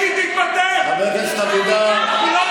חבר הכנסת קרעי, תודה רבה.